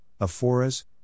Aforas